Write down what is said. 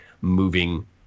moving